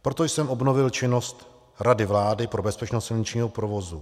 Proto jsem obnovil činnost Rady vlády pro bezpečnost silničního provozu.